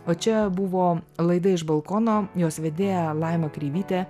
o čia buvo laida iš balkono jos vedėja laima kreivytė